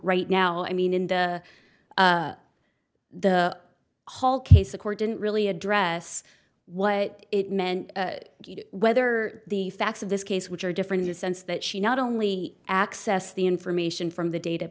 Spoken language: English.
right now i mean in the the whole case the court didn't really address what it meant whether the facts of this case which are different in the sense that she not only access the information from the data